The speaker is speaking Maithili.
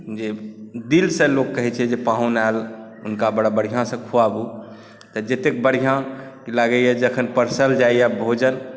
जे दिल से लोक कहैत छै जे पाहुन आयल हुनका बड़ा बढ़िआँसँ खुआबू तऽ जतेक बढ़िआँ लागैए जखन परसल जाइए भोजन